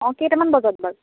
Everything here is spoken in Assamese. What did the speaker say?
অঁ কেইটামান বজাত বাৰু